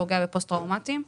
זה פוגע בפוסט טראומתיים,